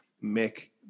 make